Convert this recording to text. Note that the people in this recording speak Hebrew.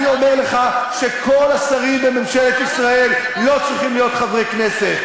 אני אומר לך שכל השרים בממשלת ישראל לא צריכים להיות חברי כנסת,